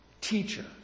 teacher